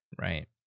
Right